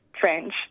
french